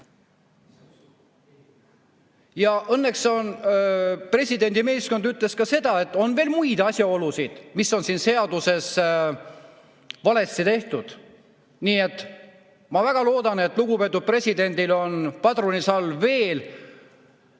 Õnneks presidendi meeskond ütles ka seda, et on veel muid asjaolusid, mis on siin seaduses valesti tehtud. Nii et ma väga loodan, et lugupeetud presidendil on padrunisalv veel